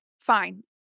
fine